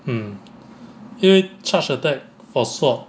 mm 因为 charge attack or sword